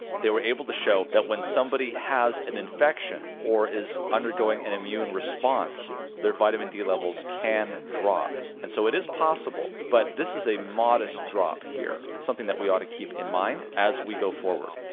they were able to show that when somebody has an infection or is undergoing an immune response their vitamin d levels can drop and so it is possible but this is a modest drop here. something that we ought to keep in mind as we go forward